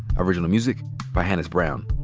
original music by hannis brown.